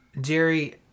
Jerry